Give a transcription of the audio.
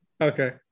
okay